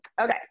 Okay